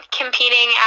competing